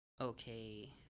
okay